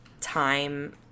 time